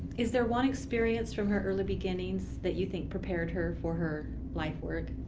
is there one experience from her early beginnings that you think prepared her for her life work?